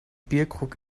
bierkrug